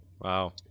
Wow